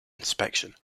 inspection